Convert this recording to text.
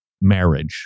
marriage